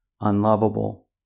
unlovable